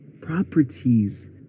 properties